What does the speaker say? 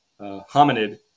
hominid